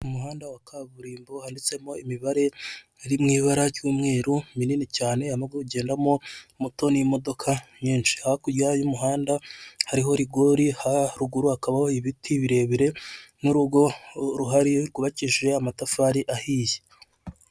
Umuhanda wa kaburimbo wanditsemo imibare iri mw'ibara ry'umweru minini cyane, harimo kugendamo moto n'imodoka nyinshi. Hakurya y'umuhanda hariho rigori, haruguru hakaba ibiti birebire, n'urugo ruhari rwubakishijwe amatafari ahiye.